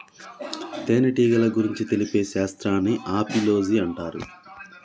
తేనెటీగల గురించి తెలిపే శాస్త్రాన్ని ఆపిలోజి అంటారు